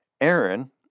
Aaron